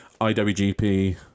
IWGP